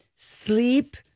sleep